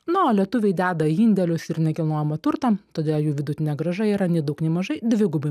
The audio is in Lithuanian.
nu o lietuviai deda į indėlius ir nekilnojamą turtą todėl jų vidutinė grąža yra nei daug nei mažai dvigubai